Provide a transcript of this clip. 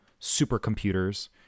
supercomputers